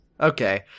Okay